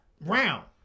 round